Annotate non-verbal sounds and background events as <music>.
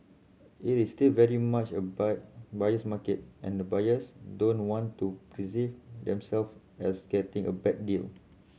it is still very much a buy buyer's market and buyers don't want to <unintelligible> themself as getting a bad deal